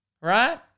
right